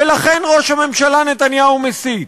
ולכן ראש הממשלה נתניהו מסית.